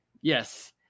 yes